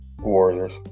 Warriors